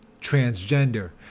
transgender